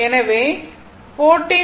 எனவே 14